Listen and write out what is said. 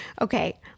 Okay